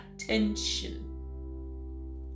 attention